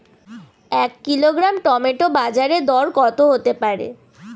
এক kilogram tomato বাজের দরকত হতে পারে?